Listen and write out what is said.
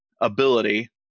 ability